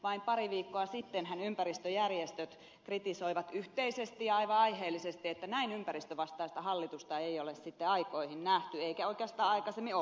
vain pari viikkoa sittenhän ympäristöjärjestöt kritisoivat yhteisesti ja aivan aiheellisesti että näin ympäristövastaista hallitusta ei ole sitten aikoihin nähty eikä oikeastaan aikaisemmin ollenkaan